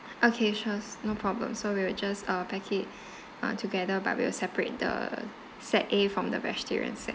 okay sure no problem so we'll just uh pack it uh together but we will separate the set a from the vegetarian set